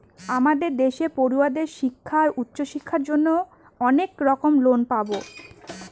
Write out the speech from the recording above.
আমাদের দেশে পড়ুয়াদের শিক্ষা আর উচ্চশিক্ষার জন্য অনেক রকম লোন পাবো